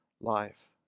life